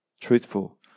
truthful